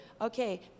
okay